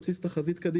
אלא על בסיס תחזית קדימה,